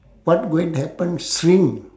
what going to happen shrink